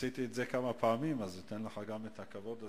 עשיתי את זה כמה פעמים ואתן לך את הכבוד הזה,